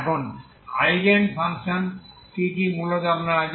এবং eigen function কি কি মূলত আপনার আছে